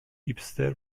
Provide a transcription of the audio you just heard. هیپستر